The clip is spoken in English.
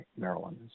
Maryland